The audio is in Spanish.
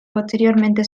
posteriormente